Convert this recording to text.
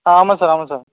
ஆமாம் சார் ஆமாம் சார்